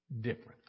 different